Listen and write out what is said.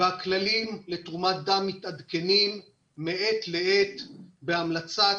והכללים לתרומת דם מתעדכנים מעת לעת בהמלצת